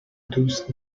دوست